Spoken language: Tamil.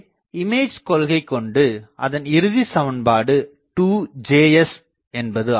ஆகவே இமேஜ் கொள்கை கொண்டு அதன் இறுதி சமன்பாடு 2Js என்பது ஆகும்